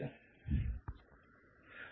P0 bP